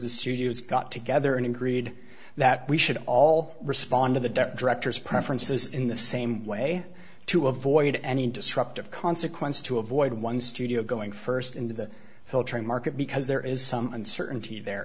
the studios got together and agreed that we should all respond to the debt director's preferences in the same way to avoid any disruptive consequences to avoid one studio going first into the filtering market because there is some uncertainty there